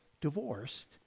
divorced